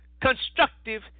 constructive